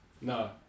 no